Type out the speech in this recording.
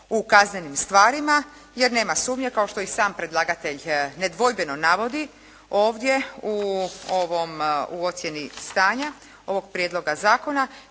u kaznenim stvarima, jer nema sumnje kao što i sam predlagatelj nedvojbeno navodi ovdje u ocjeni stanja ovog prijedloga zakona,